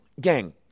Gang